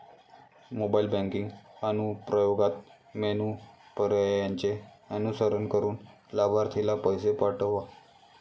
mobile banking अनुप्रयोगात menu पर्यायांचे अनुसरण करून लाभार्थीला पैसे पाठवा